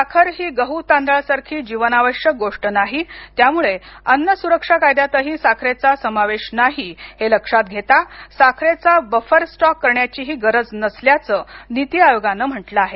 साखर ही गहू तांदळासारखी जीवनावश्यक गोष्ट नाहीत्यामुळं अन्न सुरक्षा कायद्यातही साखरेचा समावेश नाही हे लक्षात घेतासाखरेचा बफर स्टॉक करण्याचीही गरज नसल्याचं नीती आयोगानं म्हटलं आहे